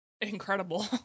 Incredible